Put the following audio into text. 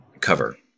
cover